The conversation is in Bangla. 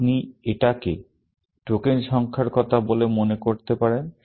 আপনি এটাকে টোকেন সংখ্যার কথা বলে মনে করতে পারেন